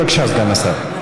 בבקשה, סגן השר.